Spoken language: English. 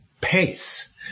pace